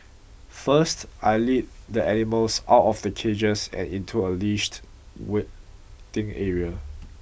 first I lead the animals out of the cages and into a leashed waiting area